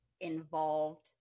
involved